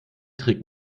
trägt